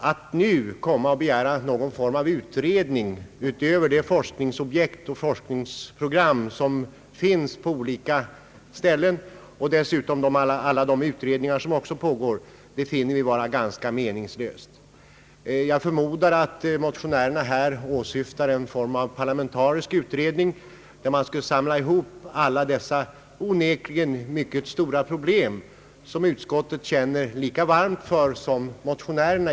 Att nu begära någon form av utredning utöver den forskning som sker på olika ställen och utöver alla de utredningar som redan pågår finner vi vara ganska meningslöst. Jag förmodar att motionärerna åsyftar en parlamentarisk utredning, som skulle ta sig an alla dessa onekligen mycket stora problem, för vilka utskottet i och för sig känner lika varmt som motionärerna.